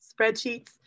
spreadsheets